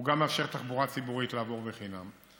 הוא גם מאפשר לתחבורה ציבורית לעבור חינם,